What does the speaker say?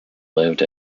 lived